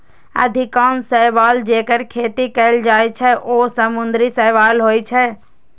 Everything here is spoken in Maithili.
अधिकांश शैवाल, जेकर खेती कैल जाइ छै, ओ समुद्री शैवाल होइ छै